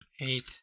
eight